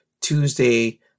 Tuesday